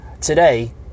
today